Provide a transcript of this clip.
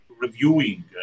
reviewing